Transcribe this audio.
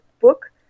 book